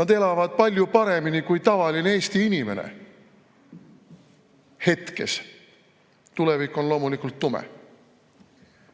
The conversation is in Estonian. Nad elavad palju paremini kui tavaline Eesti inimene. Hetkel. Tulevik on loomulikult tume.